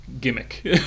Gimmick